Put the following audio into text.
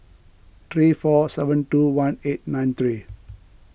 three four seven two one eight nine three